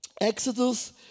Exodus